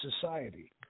society